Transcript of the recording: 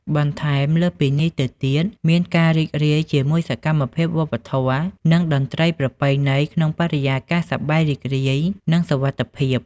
បន្ថែមលើសពីនេះទៅទៀតមានការរីករាយជាមួយសកម្មភាពវប្បធម៌ និងតន្ត្រីប្រពៃណីក្នុងបរិយាកាសសប្បាយរីករាយ និងសុវត្ថិភាព។